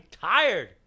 tired